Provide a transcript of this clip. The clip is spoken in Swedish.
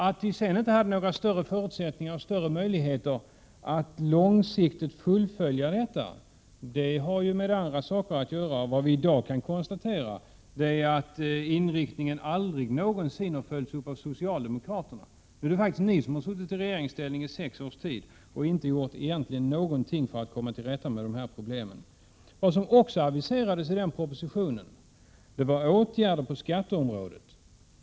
Att vi sedan inte hade några större möjligheter att långsiktigt fullfölja förslaget har med andra saker att göra. Vad vi i dag kan konstatera är att denna inriktning aldrig någonsin har följts upp av socialdemokraterna. Nu är det faktiskt ni som har suttit i regeringsställning i sex års tid och egentligen inte gjort någonting för att komma till rätta med de här problemen. Vad som också aviserades i propositionen från 1980 var åtgärder på skatteområdet.